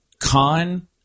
Khan